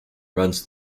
runs